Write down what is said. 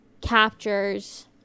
captures